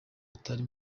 batari